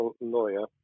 lawyer